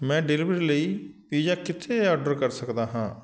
ਮੈਂ ਡਿਲੀਵਰੀ ਲਈ ਪੀਜ਼ਾ ਕਿੱਥੇ ਆਰਡਰ ਕਰ ਸਕਦਾ ਹਾਂ